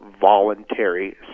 voluntary